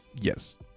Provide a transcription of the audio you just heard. Yes